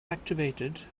activated